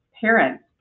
parents